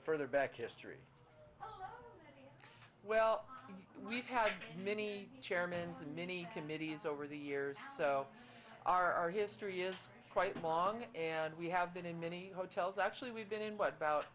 further back history well we've had many chairman many committees over the years so our history is quite long and we have been in many hotels actually we've been in but about